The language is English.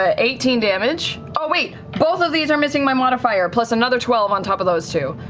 ah eighteen damage. oh wait, both of these are missing my modifier. plus another twelve on top of those two.